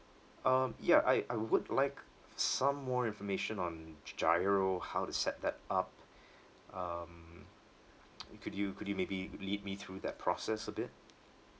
um ya I I would like some more information on G~ GIRO how to set that up um could you could you maybe lead me through that process a bit